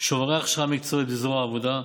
שוברי הכשרה מקצועית בזרוע העבודה,